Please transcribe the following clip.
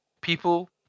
people